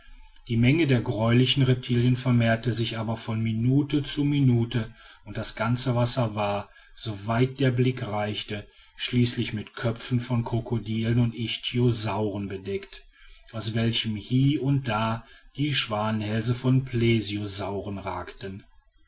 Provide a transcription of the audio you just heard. die menge der greulichen reptilien vermehrte sich aber von minute zu minute und das ganze wasser war soweit der blick reichte schließlich mit köpfen von krokodilen und ichtyosauren bedeckt aus welchen hie und da die schwanenhälse von plesiosauren ragten